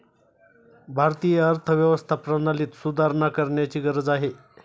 भारतीय अर्थव्यवस्था प्रणालीत सुधारणा करण्याची गरज आहे